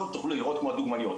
לא תוכלו להיראות כמו הדוגמניות,